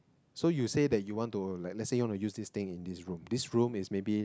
so you say that you want to like let's say you want to use this thing in this room this room is maybe